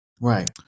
Right